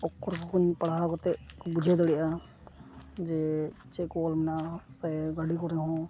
ᱚᱠᱷᱚᱨ ᱦᱚᱸᱠᱚ ᱯᱟᱲᱦᱟᱣ ᱠᱟᱛᱮᱫ ᱠᱚ ᱵᱩᱡᱷᱟᱹᱣ ᱫᱟᱲᱮᱜᱼᱟ ᱡᱮ ᱪᱮᱫ ᱠᱚ ᱚᱞ ᱢᱮᱱᱟᱜᱼᱟ ᱥᱮ ᱜᱟᱹᱰᱤ ᱠᱚᱨᱮ ᱦᱚᱸ